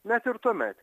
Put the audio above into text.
net ir tuomet